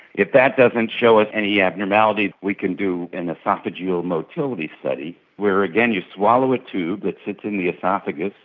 if that doesn't show us any abnormality we can do an oesophageal motility study where, again, you swallow a tube that sits in the oesophagus,